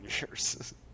years